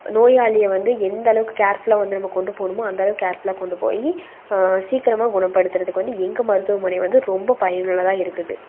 நோயாளியை வந்து எந்த அளவுக்கு கேர்ஃபுல்லாக வந்து நம்ம கொண்டு போகணுமோ அந்த அளவுக்கு கேர்ஃபுல்லாக கொண்டு போய் சீக்கிரமாக குணப்படுத்துறதுக்கு வந்து எங்கள் மருத்துவமனை வந்து ரொம்ப பயனுள்ளதாக இருக்குது